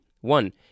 One